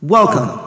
Welcome